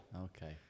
Okay